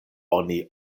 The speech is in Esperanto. oni